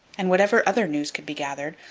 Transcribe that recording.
and whatever other news could be gathered,